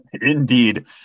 indeed